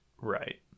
right